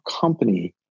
company